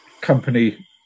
company